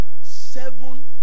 seven